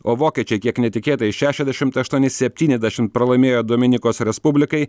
o vokiečiai kiek netikėtai šešiasdešimt aštuoni septyniasdešimt pralaimėjo dominikos respublikai